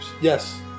Yes